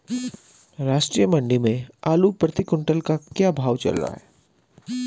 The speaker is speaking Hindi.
राष्ट्रीय मंडी में आलू प्रति कुन्तल का क्या भाव चल रहा है?